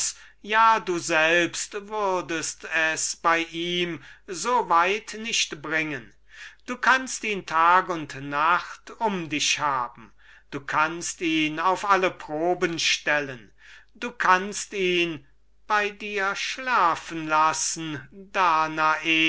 ja du selbst würdest es bei ihm so weit nicht bringen du kannst ihn tag und nacht um dich haben du kannst ihn auf alle proben stellen du kannst ihn bei dir schlafen lassen danae